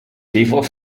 people